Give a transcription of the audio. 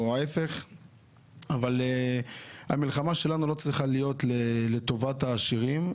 אבל המלחמה שלנו לא צריכה להיות לטובת העשירים.